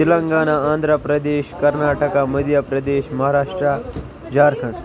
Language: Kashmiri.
تَلنگانا آنٛدرا پردیش کرناٹکا مدیا پردیش مہاراشٹرٛا جارکھَنٛڈ